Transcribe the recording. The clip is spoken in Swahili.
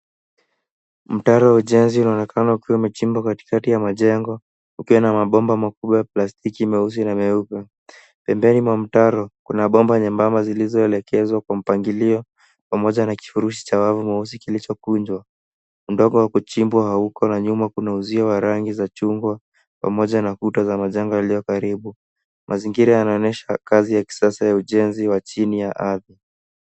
Mtaro wa ujenzi umekatwa kwa ajili ya mabomba ya plastiki. Kwenye mtaro, mabomba madogo yamepangwa kwa mpangilio na kufunikwa kwenye kifurushi cha udongo. Sehemu ndogo hazijachimbwa, na nyuma kuna ukuta wa rangi ya chungwa pamoja na mabaki ya majengo karibu. Mazingira yanaonyesha kazi ya kisasa ya ujenzi.